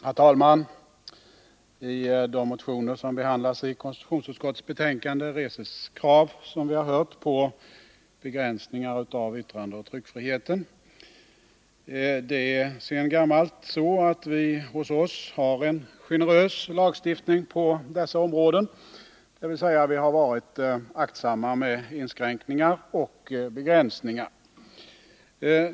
Herr talman! I de motioner som behandlats i konstitutionsutskottets betänkande reses, som vi har hört, krav på begränsningar av yttrandeoch tryckfriheten. Sedan gammalt har vi en generös lagstiftning på dessa områden, dvs. vi har varit aktsamma när det gällt inskränkningar och begränsningar.